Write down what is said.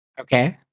Okay